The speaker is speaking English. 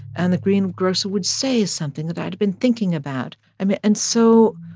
and the greengrocer would say something that i had been thinking about. and and so